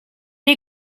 les